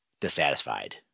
dissatisfied